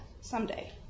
someday